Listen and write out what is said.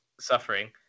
suffering